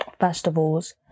festivals